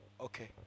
okay